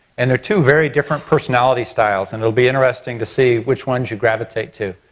and they're two very different personality styles and it'll be interesting to see which ones you gravitate to.